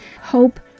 Hope